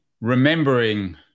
remembering